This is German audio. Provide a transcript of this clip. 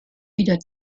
wieder